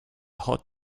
hot